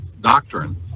doctrine